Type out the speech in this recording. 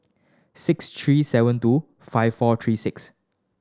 six three seven two five four three six